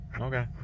okay